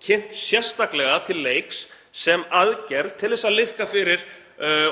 kynnt sérstaklega til leiks sem aðgerð til að liðka fyrir